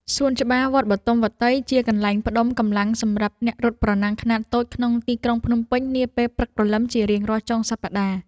សួនច្បារវត្តបទុមវត្តី ជាកន្លែងផ្ដុំកម្លាំងសម្រាប់អ្នករត់ប្រណាំងខ្នាតតូចក្នុងទីក្រុងភ្នំពេញនាពេលព្រឹកព្រលឹមជារៀងរាល់ចុងសប្តាហ៍។